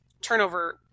turnover –